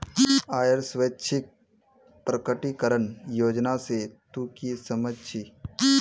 आइर स्वैच्छिक प्रकटीकरण योजना से तू की समझ छि